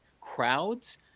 crowds